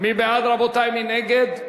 מי נגד?